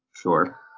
sure